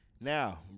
Now